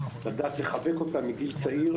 לדעת לחבק אותם מגיל צעיר,